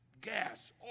gas